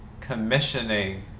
commissioning